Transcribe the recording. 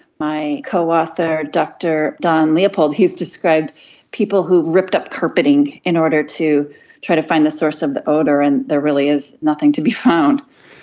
my co-author dr don leopold, he has described people who have ripped up carpeting in order to try to find the source of the odour and there really is nothing to be found.